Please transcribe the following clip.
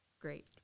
Great